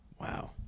Wow